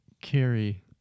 carry